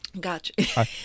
Gotcha